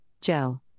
Joe